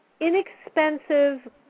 inexpensive